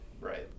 Right